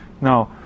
Now